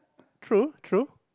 true true